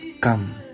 come